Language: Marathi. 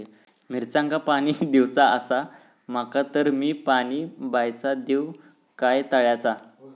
मिरचांका पाणी दिवचा आसा माका तर मी पाणी बायचा दिव काय तळ्याचा?